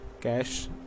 Cash